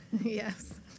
Yes